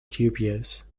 dubious